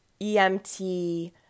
EMT